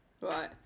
right